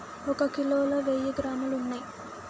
ఒక కిలోలో వెయ్యి గ్రాములు ఉన్నయ్